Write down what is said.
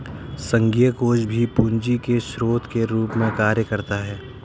संघीय कोष भी पूंजी के स्रोत के रूप में कार्य करता है